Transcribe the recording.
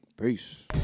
Peace